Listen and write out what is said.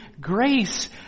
grace